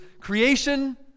creation